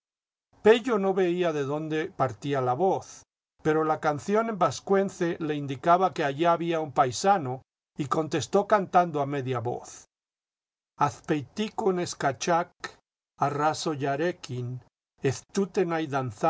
pello no veía de dónde partía la voz pero la canción en vascuence le indicaba que allí había un paisano y contestó cantando a media voz azpeitico nescachac arrasoyarequin eztute nai danzatu chapelgorriyaquin ay ay